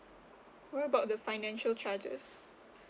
what about the financial charges